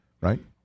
Right